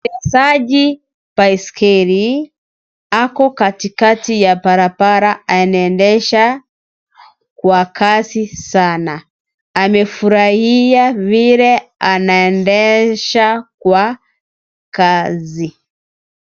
Mwendeshaji baiskeli ako katikati ya barabara anaendesha kwa kasi sana amefurahia vile anaendesha kwa kazi.